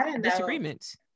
disagreements